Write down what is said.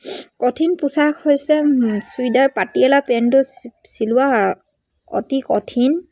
কঠিন পোছাক হৈছে চুইদাৰ পাতিয়লা পেণ্টটো চিলোৱা অতি কঠিন